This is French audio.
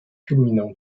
culminant